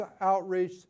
outreach